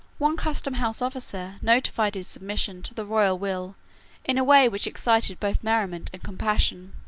one customhouse officer notified his submission to the royal will in a way which excited both merriment and compassion.